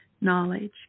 knowledge